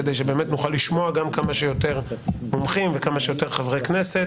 כדי שנוכל לשמוע כמה שיותר מומחים וכמה שיותר חברי כנסת.